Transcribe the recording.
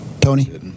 Tony